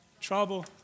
Trouble